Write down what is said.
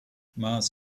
mars